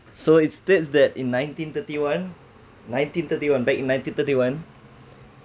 so it states that in nineteen thirty one nineteen thirty one back in nineteen thirty one